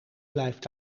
blijft